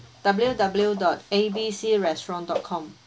W W dot A B C restaurant dot com